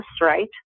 right